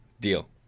Deal